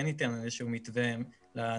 כן ניתן איזה שהוא מתווה לענף.